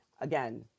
again